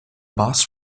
boss